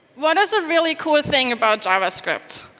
what is a really cool thing about javascript,